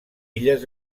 illes